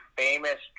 famous